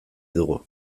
dugu